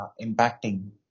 impacting